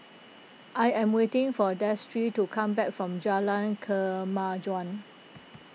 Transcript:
I am waiting for Destry to come back from Jalan Kemajuan